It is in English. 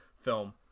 film